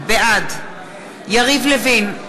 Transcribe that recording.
בעד יריב לוין,